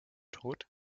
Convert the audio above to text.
tod